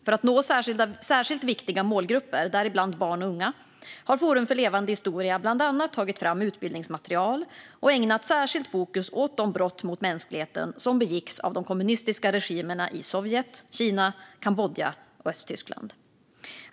För att nå särskilt viktiga målgrupper, däribland barn och unga, har Forum för levande historia bland annat tagit fram utbildningsmaterial och ägnat särskilt fokus åt de brott mot mänskligheten som begicks av de kommunistiska regimerna i Sovjet, Kina, Kambodja och Östtyskland.